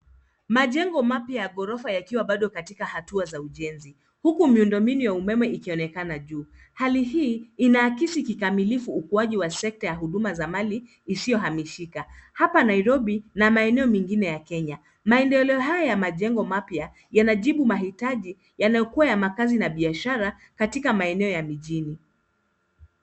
Majengo mapya ya ghorofa yakiwa bado katika hatua za ujenzi, huku miundo mbinu ya umeme ikionekana juu. Hali hii inaakisi kikamilifu ukuaji wa sekta ya huduma za mali isiyohamishika hapa nairobi na maeneo mengine ya kenya . Maendeleo haya ya majengo mapya, yanajibu mahitaji yanayokua ya makazi na biashara katika maeneo ya mijini.